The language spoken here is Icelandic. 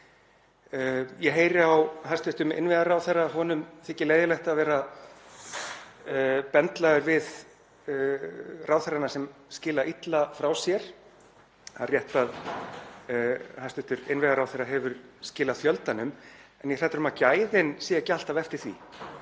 Ég heyri á hæstv. innviðaráðherra að honum þykir leiðinlegt að vera bendlaður við ráðherranna sem skila illa frá sér. Það er rétt að hæstv. innviðaráðherra hefur skilað fjöldanum en ég hræddur um að gæðin séu ekki alltaf eftir því.